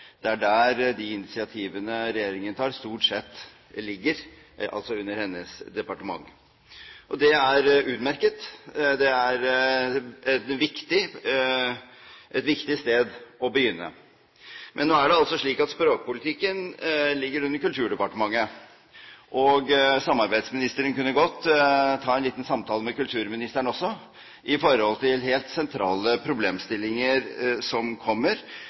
Det er altså under hennes departement de initiativene regjeringen tar, stort sett ligger. Det er utmerket. Det er et viktig sted å begynne. Men nå er det altså slik at språkpolitikken ligger under Kulturdepartementet, og samarbeidsministeren kunne godt ta en liten samtale også med kulturministeren om helt sentrale problemstillinger som kommer,